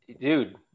dude